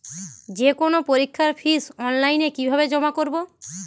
যে কোনো পরীক্ষার ফিস অনলাইনে কিভাবে জমা করব?